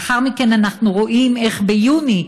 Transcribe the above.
לאחר מכן אנחנו רואים איך ביוני,